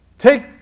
Take